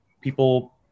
people